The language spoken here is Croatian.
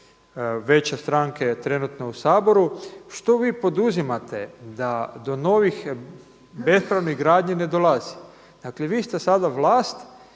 najveće stranke trenutno u Saboru, što vi poduzimate da do novih bespravnih gradnji ne dolazi? Dakle vi ste sada vlast